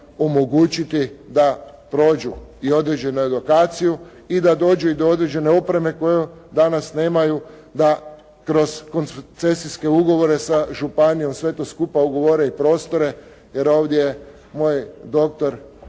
omogućiti da prođu i određenu edukaciju i da dođu i do određene opreme koju danas nemaju da kroz koncesijske ugovore sa županijom sve to skupa ugovore i prostore, jer ovdje moj doktor